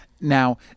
Now